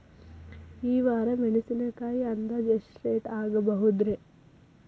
ಈ ವಾರ ಮೆಣಸಿನಕಾಯಿ ಅಂದಾಜ್ ಎಷ್ಟ ರೇಟ್ ಆಗಬಹುದ್ರೇ?